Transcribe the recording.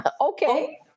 Okay